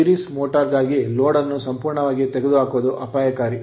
Series motor ಸರಣಿ motor ಗಾಗಿ load load ಅನ್ನು ಸಂಪೂರ್ಣವಾಗಿ ತೆಗೆದುಹಾಕುವುದು ಅಪಾಯಕಾರಿ